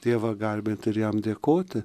dievą garbint ir jam dėkoti